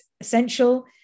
essential